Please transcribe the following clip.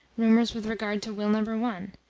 rumours with regard to will number one,